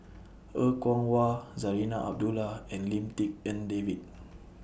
Er Kwong Wah Zarinah Abdullah and Lim Tik En David